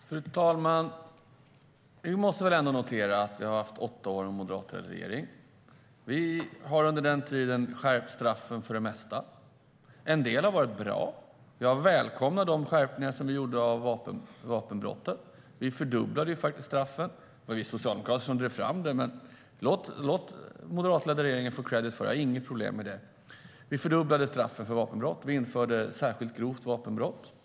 Fru talman! Vi måste ändå notera att vi har haft åtta år med en moderatledd regering. Under den tiden har straffen för det mesta skärpts. En del har varit bra. Jag välkomnar de skärpningar som gjordes i fråga om vapenbrott. Straffsatserna fördubblades. Det var Socialdemokraterna som drev fram lagen, men låt den moderatledda regeringen få kredd för den saken. Det har jag inget problem med. Straffsatserna för vapenbrott fördubblades. Brottsrubriceringen särskilt grovt vapenbrott infördes.